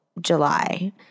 July